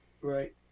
Right